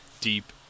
deep